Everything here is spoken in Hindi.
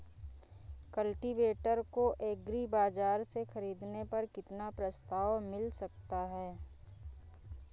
कल्टीवेटर को एग्री बाजार से ख़रीदने पर कितना प्रस्ताव मिल सकता है?